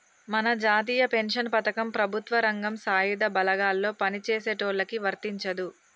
మన జాతీయ పెన్షన్ పథకం ప్రభుత్వ రంగం సాయుధ బలగాల్లో పని చేసేటోళ్ళకి వర్తించదు